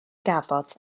gafodd